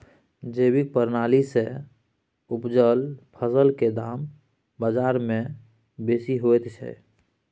जैविक प्रणाली से उपजल फसल के दाम बाजार में बेसी होयत छै?